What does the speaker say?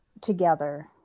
together